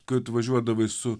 kad važiuodavai su